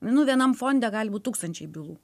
nu vienam fonde gali būt tūkstančiai bylų